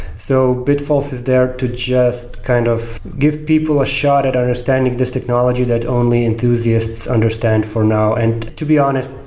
so bitfalls is there to just kind of give people a shot at understanding this technology that only enthusiasts understand for now and to be honest,